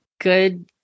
good